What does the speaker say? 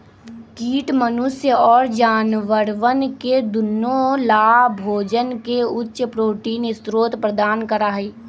कीट मनुष्य और जानवरवन के दुन्नो लाभोजन के उच्च प्रोटीन स्रोत प्रदान करा हई